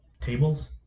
tables